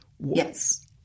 Yes